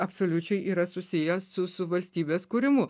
absoliučiai yra susijęs su su valstybės kūrimu